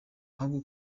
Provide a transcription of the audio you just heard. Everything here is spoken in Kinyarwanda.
ahubwo